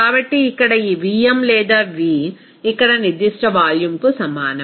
కాబట్టి ఇక్కడ ఈ Vm లేదా V ఇక్కడ నిర్దిష్ట వాల్యూమ్కు సమానం